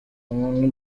umuntu